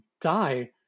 die